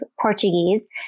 Portuguese